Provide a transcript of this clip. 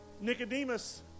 Nicodemus